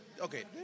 okay